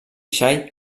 xai